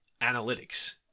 analytics